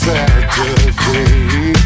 Saturday